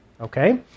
okay